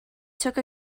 took